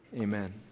Amen